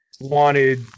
Wanted